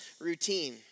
routine